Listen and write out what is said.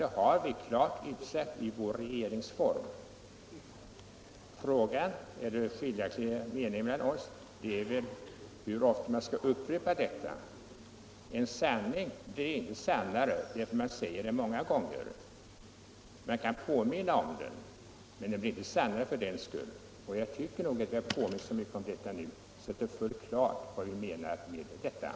Det finns klart utsagt i regeringsformen. Vad vi kan ha skiljaktiga meningar om är väl hur ofta man skall upprepa detta. En sanning blir inte sannare därför att man säger den många gånger. Man kan påminna om den, men den blir inte sannare för den skull, och jag tycker nog att det har påmints så mycket om domstolarnas självständighet nu att det bör stå klart vad vi menar.